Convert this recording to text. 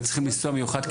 וצריכים לנסוע במיוחד,